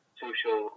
social